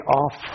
off